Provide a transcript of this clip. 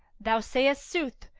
thou sayest sooth,